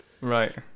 Right